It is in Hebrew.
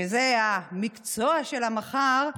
שזה המקצוע של המחר,